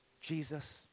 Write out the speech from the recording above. Jesus